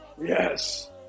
Yes